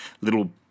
little